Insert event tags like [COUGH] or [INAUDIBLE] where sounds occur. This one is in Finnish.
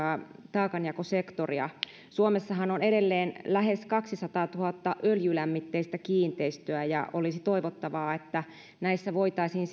taakanjakosektoria suomessahan on edelleen lähes kaksisataatuhatta öljylämmitteistä kiinteistöä ja olisi toivottavaa että näissä voitaisiin [UNINTELLIGIBLE]